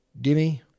Dimmy